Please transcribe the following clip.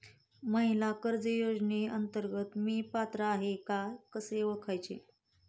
महिला कर्ज योजनेअंतर्गत मी पात्र आहे का कसे ओळखायचे?